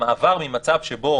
המעבר ממצב שבו